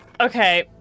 Okay